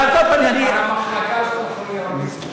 על כל פנים, אני, למחלקה הזאת אחראי הרב ליצמן.